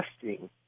testing